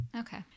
Okay